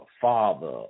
father